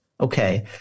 Okay